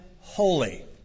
holy